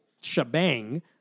shebang